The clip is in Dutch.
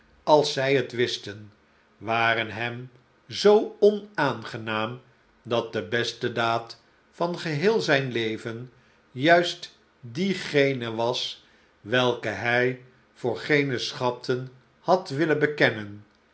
als zij het wisten waren hem zoo onaangenaam dat de beste daad van geheel zijn leveh juist diegene was welke hij voor geene schatten had willen bekennen